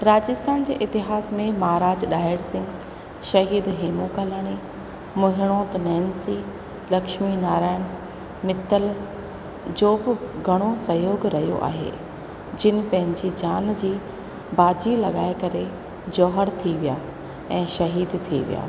राजस्थान जे इतिहास में महाराज डाहिर सिंग शहीद हेमू कालाणी मुहिणोत नैन्सी लक्ष्मी नारायण मित्तल जो बि घणो सहयोग रहियो आहे जिन पंहिंजी जान जी बाजी लॻाए करे जौहर थी विया ऐं शहीद थी विया